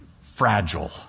fragile